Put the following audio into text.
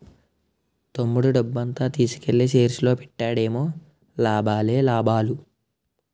తమ్ముడు డబ్బంతా తీసుకెల్లి షేర్స్ లో పెట్టాడేమో లాభాలే లాభాలు